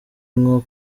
nko